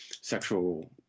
sexual